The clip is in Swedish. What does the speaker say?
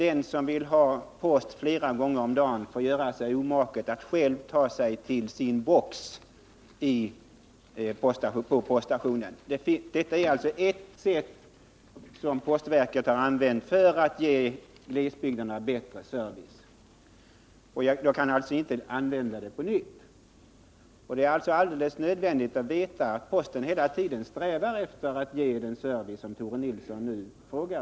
Den som vill få post flera gånger om dagen får göra sig omaket att ta sig till sin eventuella postbox på poststationen. Det är ett sätt som postverket har använt sig av för att ge glesbygderna bättre service. Det är alltså nödvändigt att veta att posten hela tiden strävar efter att ge den service som Tore Nilsson efterfrågar.